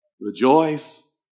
Rejoice